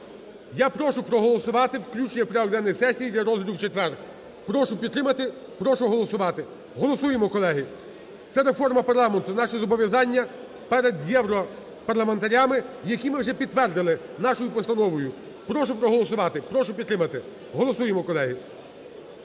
Я прошу проголосувати включення в порядок денний сесії для розгляду в четвер. Прошу підтримати. Прошу голосувати. Голосуємо, колеги! Це реформа парламенту, наші зобов'язання перед європарламентарями, які ми вже підтвердили нашою постановою. Прошу проголосувати. Прошу підтримати. Голосуємо, колеги!